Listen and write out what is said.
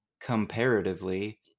comparatively